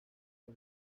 for